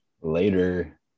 later